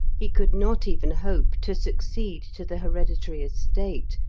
he could not even hope to succeed to the hereditary estate,